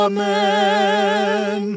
Amen